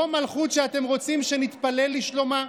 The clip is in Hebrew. זו המלכות שאתם רוצים שנתפלל לשלומה?